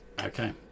Okay